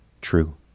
true